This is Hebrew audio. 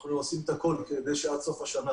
אנחנו עושים את הכול כדי שעד סוך השנה